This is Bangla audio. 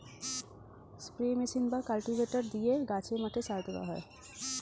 স্প্রে মেশিন বা কাল্টিভেটর দিয়ে গাছে, মাঠে সার দেওয়া হয়